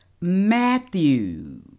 Matthew